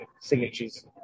signatures